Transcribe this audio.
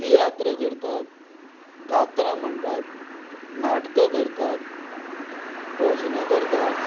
तियात्र करतात कांतारां म्हणटात नाटकां करतात भजनां करतात